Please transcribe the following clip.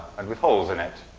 and with holes in it.